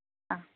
അ